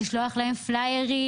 לשלוח להם פליירים,